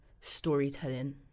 storytelling